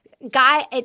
Guy –